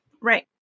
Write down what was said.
Right